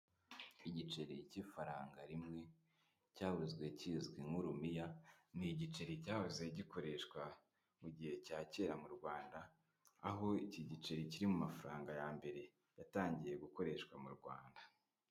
Igiceri cy'ifaranga rimwe, cyahoze kizwi nk'urumiya, ni igiceri cyahoze gikoreshwa mu gihe cya kera mu Rwanda, aho iki giceri kiri mu mafaranga ya mbere yatangiye gukoreshwa mu Rwanda.